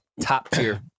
top-tier